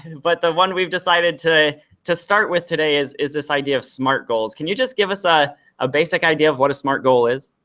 but the one we've decided to to start with today is is this idea of smart goals. can you just give us ah a basic idea of what a smart goal is?